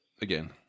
again